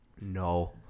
No